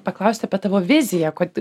paklausti apie tavo viziją kad